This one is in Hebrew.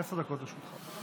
עשר דקות לרשותך.